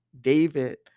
David